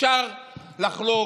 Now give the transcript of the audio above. אפשר לחלוק,